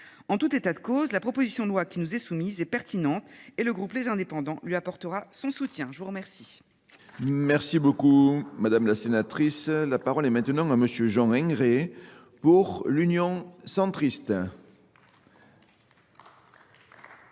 En tout état de cause, la proposition de loi qui nous est soumise est pertinente et le groupe Les Indépendants lui apportera son soutien. Je vous remercie. Merci beaucoup Madame la Sénatrice. La parole est maintenant à Monsieur Jean Ingret pour l'Union centriste.